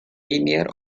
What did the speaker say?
linear